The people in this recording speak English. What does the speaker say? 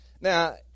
Now